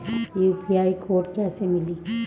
UPI code कैसे मिली?